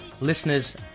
listeners